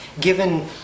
Given